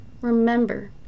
remember